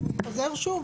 אם הוא חוזר שוב,